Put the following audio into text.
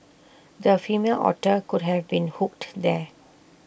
the female otter could have been hooked there